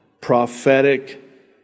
prophetic